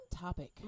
topic